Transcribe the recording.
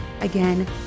Again